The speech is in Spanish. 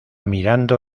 mirando